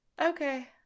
okay